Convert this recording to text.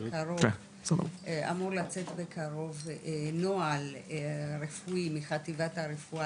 אמור לצאת בקרוב נוהל רפואי מחטיבת הרפואה